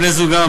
ובני-זוגם,